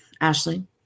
Ashley